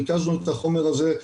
ריכזנו את החומר הזה,